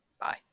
Bye